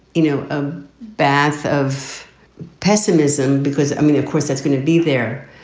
you know, a bath of pessimism, because, i mean, of course, that's going to be there.